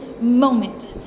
moment